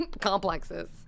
complexes